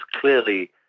clearly